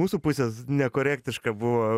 mūsų pusės nekorektiška buvo